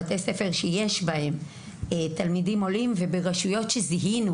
בתי ספר שיש בהם תלמידים עולים ולרשויות שבהן זיהינו